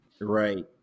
right